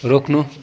रोक्नु